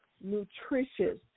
nutritious